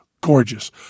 Gorgeous